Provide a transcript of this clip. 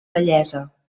vellesa